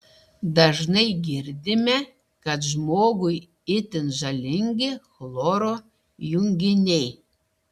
dažnai girdime kad žmogui itin žalingi chloro junginiai